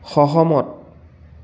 সহমত